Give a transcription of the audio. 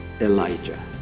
Elijah